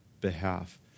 behalf